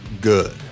good